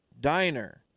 Diner